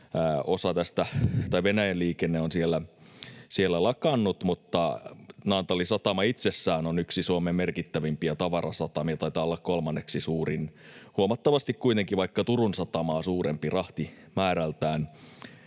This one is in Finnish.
Venäjän liikenne on siellä lakannut, mutta Naantalin satama itsessään on yksi Suomen merkittävimpiä tavarasatamia, taitaa olla kolmanneksi suurin, huomattavasti kuitenkin vaikka Turun satamaa suurempi rahtimäärältään.